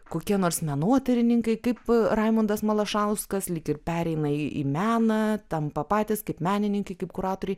kokie nors menotyrininkai kaip raimundas malašauskas lyg ir pereina į meną tampa patys kaip menininkai kaip kuratoriai